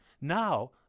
now